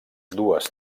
dues